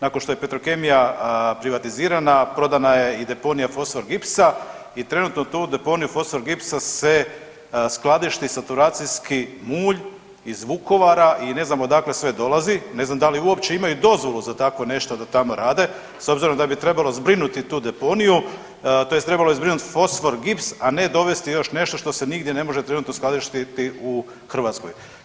Nakon što je Petrokemija privatizirana prodana je i deponija fosfogipsa i trenutno tu deponiju fosfogipsa skladišti saturacijski mulj iz Vukovara i ne znam odakle sve dolazi, ne znam da li uopće imaju dozvolu za takvo nešto da tamo rade s obzirom da bi trebalo zbrinuti tu deponiju tj. trebalo je zbrinuti fosfogips, a ne dovesti još nešto što se nigdje ne može trenutno skladištiti u Hrvatskoj.